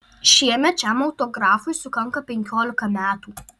šiemet šiam autografui sukanka penkiolika metų